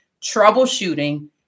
troubleshooting